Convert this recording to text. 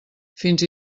fins